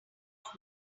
what